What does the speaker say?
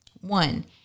One